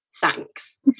Thanks